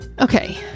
Okay